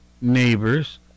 neighbors